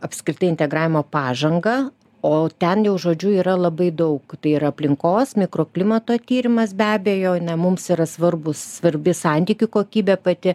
apskritai integravimo pažangą o ten jau žodžiu yra labai daug tai yra aplinkos mikroklimato tyrimas be abejo na mums yra svarbus svarbi santykių kokybė pati